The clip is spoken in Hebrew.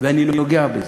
ואני נוגע בזה,